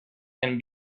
can